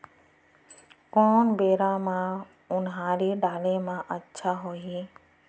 कोन बेरा म उनहारी डाले म अच्छा होही?